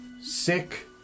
sick